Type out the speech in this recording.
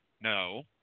no